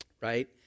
right